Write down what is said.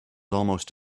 almost